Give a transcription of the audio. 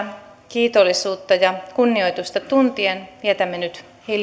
kiitollisuutta ja kunnioitusta tuntien vietämme nyt